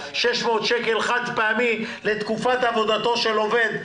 600-500 שקל חד-פעמי לתקופת עבודתו של עובד.